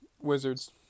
Wizards